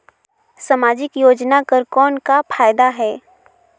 समाजिक योजना कर कौन का फायदा है?